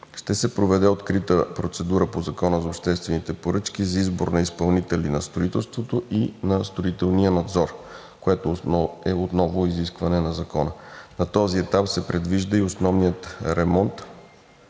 ще се проведе открита процедура по Закона за обществените поръчки за избор на изпълнители на строителството и на строителния надзор, което е отново изискване на Закона. На този етап се предвижда и основният ремонт